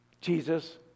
Jesus